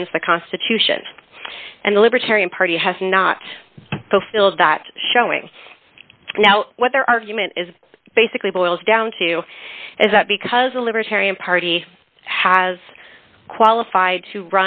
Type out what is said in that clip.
s the constitution and the libertarian party has not fulfilled that showing now what their argument is basically boils down to is that because a libertarian party has qualified to